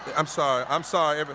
i'm sorry, i'm sorry,